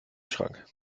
schrank